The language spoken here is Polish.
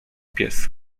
pies